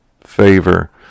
favor